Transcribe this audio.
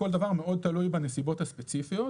כל דבר מאוד תלוי בנסיבות הספציפיות.